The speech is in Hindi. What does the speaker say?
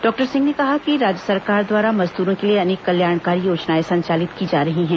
डॉक्टर सिंह ने कहा कि राज्य सरकार द्वारा मजदूरों के लिए अनेक कल्याणकारी योजनाएं संचालित की जा रही है